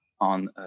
on